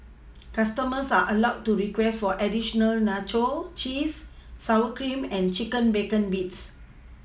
customers are allowed to request for additional nacho cheese sour cream and chicken bacon bits